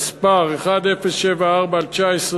מס' 1074/19,